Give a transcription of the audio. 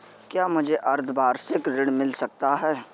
क्या मुझे अर्धवार्षिक ऋण मिल सकता है?